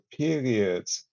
periods